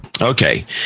Okay